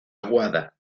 aguada